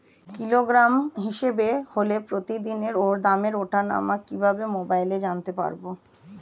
Kilogram হিসাবে হলে প্রতিদিনের দামের ওঠানামা কিভাবে মোবাইলে জানতে পারবো?